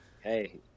Hey